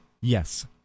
Yes